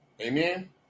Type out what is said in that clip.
Amen